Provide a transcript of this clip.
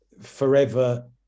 forever